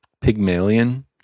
Pygmalion